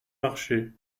marcher